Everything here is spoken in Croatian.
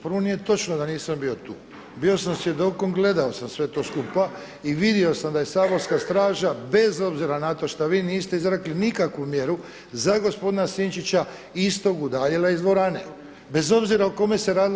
Prvo nije točno da nisam bio tu, bio sam svjedokom gledao sam sve to skupa i vidio sam da je saborska straža bez obzira na to što vi niste izrekli nikakvu mjeru za gospodina Sinčića i istog udaljila iz dvorane, bez obzira o kome se radilo.